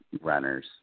runners